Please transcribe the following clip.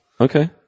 Okay